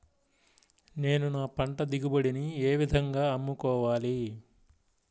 నేను నా పంట దిగుబడిని ఏ విధంగా అమ్ముకోవాలి?